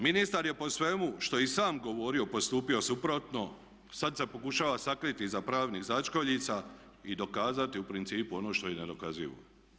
Ministar je po svemu što je i sam govorio postupio suprotno, sad se pokušava sakriti iza pravnih začkoljica i dokazati u principu ono što je nedokazivo.